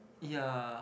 ya